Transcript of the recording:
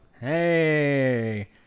Hey